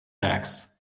tacks